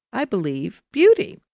i believe, beauty.